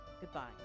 goodbye